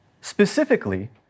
Specifically